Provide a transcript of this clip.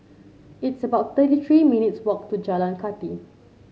it's about thirty three minutes' walk to Jalan Kathi